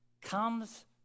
comes